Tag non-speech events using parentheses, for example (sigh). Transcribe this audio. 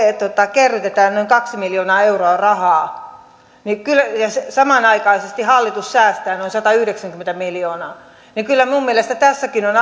kerrytetään noin kaksi miljoonaa euroa rahaa ja samanaikaisesti hallitus säästää noin satayhdeksänkymmentä miljoonaa niin kyllä minun mielestäni tässäkin on (unintelligible)